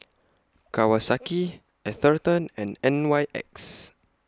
Kawasaki Atherton and N Y X